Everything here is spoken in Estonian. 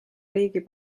riigi